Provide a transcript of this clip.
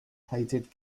hated